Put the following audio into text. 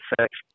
effect